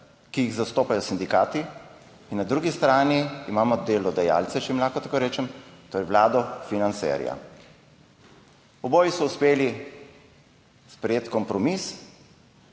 ki jih zastopajo sindikati in na drugi strani imamo delodajalce, če jim lahko tako rečem, to je Vlado, financerja. Oboji so uspeli sprejeti kompromis